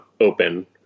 open